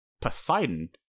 Poseidon